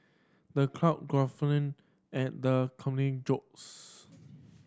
the crowd guffawed at the comedian's jokes